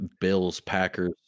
Bills-Packers